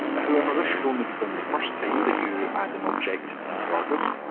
however this should only be done the first time that you add an object into argos.